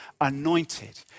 anointed